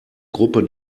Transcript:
gruppe